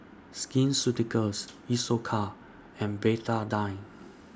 Skin Ceuticals Isocal and Betadine